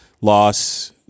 loss